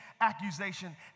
accusation